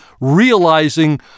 realizing